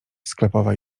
sklepowa